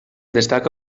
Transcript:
destaca